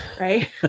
right